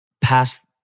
past